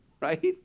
right